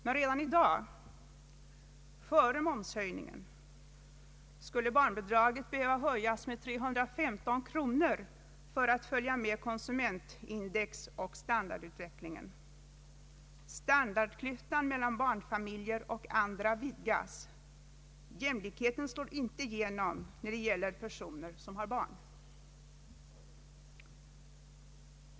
Men redan i dag, före momshöjningen, skulle barnbidraget behöva höjas med 315 kronor för att följa med konsumentindex och standardutvecklingen. Standardklyftan mellan barnfamiljer och andra vidgas; jämlikheten slår inte igenom när det gäller personer som har barn.